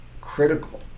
critical